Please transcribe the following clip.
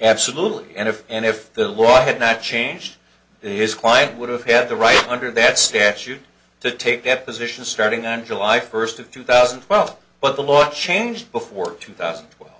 absolutely and if and if the law had not changed his client would have had the right under that statute to take depositions starting on july first of two thousand and twelve but the law changed before two thousand and twelve